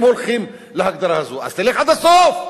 אם הולכים להגדרה הזו אז תלך עד הסוף.